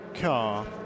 Car